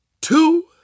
two